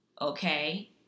okay